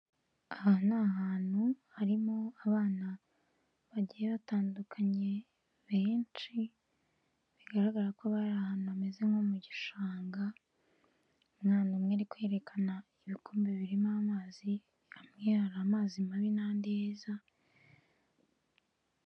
Aha ni ahantu harimo abana bagiye batandukanye benshi bigaragara ko bari ahantu hameze nko mu gishanga. Umwana umwe ari kwerekana ibikombe birimo amazi, hamwe hari amazi mabi n'andi meza.